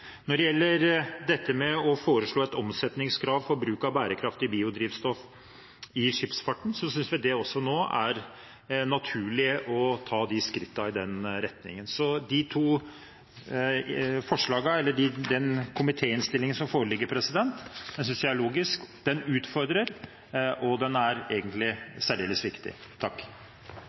Når det gjelder dette med å foreslå et omsetningskrav for bruk av bærekraftig biodrivstoff i skipsfarten, synes vi også at det nå er naturlig å ta skritt i den retningen. Så den komitéinnstillingen som foreligger, synes jeg er logisk, den utfordrer, og den er egentlig særdeles viktig.